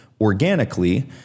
organically